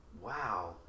Wow